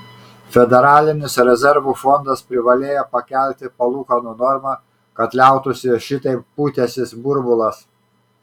federalinis rezervų fondas privalėjo pakelti palūkanų normą kad liautųsi šitaip pūtęsis burbulas